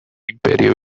imperio